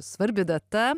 svarbi data